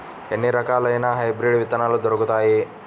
ఎన్ని రకాలయిన హైబ్రిడ్ విత్తనాలు దొరుకుతాయి?